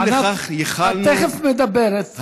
ענת, את תכף מדברת.